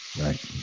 Right